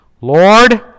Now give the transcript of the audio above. Lord